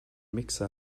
mixer